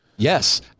Yes